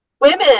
women